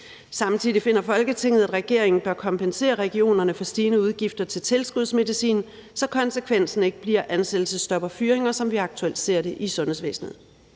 Samtidig finder Folketinget, at regeringen bør kompensere regionerne for stigende udgifter til tilskudsmedicin, så konsekvensen ikke bliver ansættelsesstop og fyringer, som vi aktuelt ser i sundhedsvæsenet.«